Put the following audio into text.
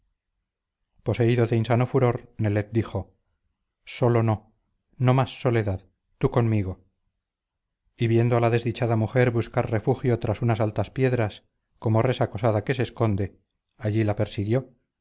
poseído de insano furor nelet dijo solo no no más soledad tú conmigo y viendo a la desdichada mujer buscar refugio tras unas altas piedras como res acosada que se esconde allí la persiguió